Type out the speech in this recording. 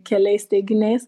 keliais teiginiais